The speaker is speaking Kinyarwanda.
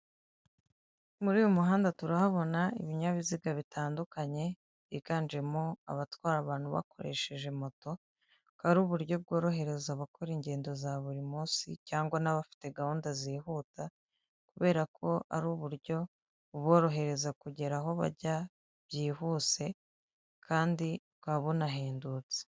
Muri uyu muhanda turahabona ibinyabiziga bitandukanye, byiganjemo abatwara abantu bakoresheje moto, bukaba ari uburyo bworohereza abakora ingendo za buri munsi cyangwa n'abafite gahunda zihuta, kubera ko ari uburyo buborohereza kugera aho bajya byihuse, kandi bukaba bunahendutse.